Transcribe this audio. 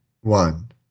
one